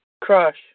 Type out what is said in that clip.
Crush